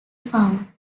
found